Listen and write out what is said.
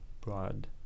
broad